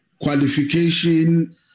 qualification